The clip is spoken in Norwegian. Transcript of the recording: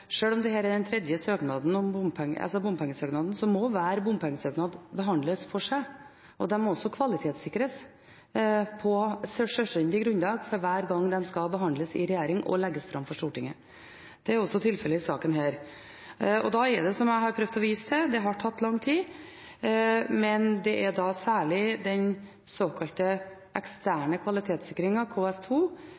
sjøl om dette er den tredje bompengesøknaden, må hver bompengesøknad behandles for seg. Den må også kvalitetssikres på sjølstendig grunnlag for hver gang den skal behandles i regjering og legges fram for Stortinget. Det er også tilfellet i denne saken. Da er det som jeg har prøvd å vise til – det har tatt lang tid – at det er særlig den såkalte